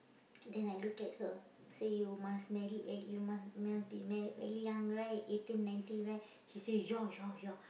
then I look at her I say you must married very you must must be married very young right eighteen nineteen right she say ya ya ya